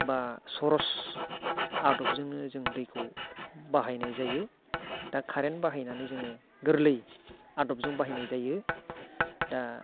बा सहस आदबजोंनो जोङो दैखौ बाहायनाय जायो दा कारेन्ट बाहायनानै जोङो गोरलै आदबजों बाहायनाय जायो दा